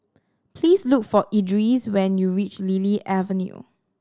please look for Edris when you reach Lily Avenue